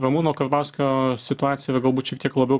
ramūno karbauskio situacija yra galbūt šiek tiek labiau